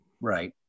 right